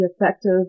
effective